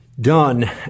done